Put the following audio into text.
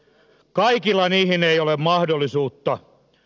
kaikilla niihin ei ole mahdollisuutta